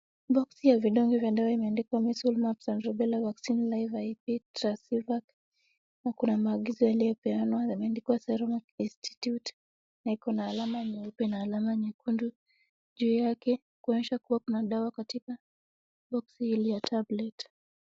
Boxi ya vidonge vya ndawa imeandikwa Measles, Mumps and Rubella Vaccine Live IP Trasivak. Na kuna maagizo yaliyopeanwa yameandikwa Serum Institute. Na iko na alama nyeupe na alama nyekundu juu yake kuonyesha kuwa kuna dawa katika boxi hii ya tablet.